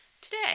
Today